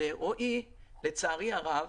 רועי כהן, לצערי הרב